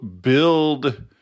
build